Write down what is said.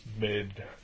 Mid